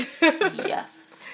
Yes